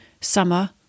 summer